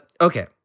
okay